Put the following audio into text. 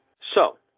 so.